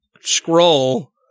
scroll